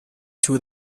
two